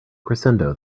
crescendo